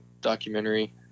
documentary